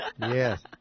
Yes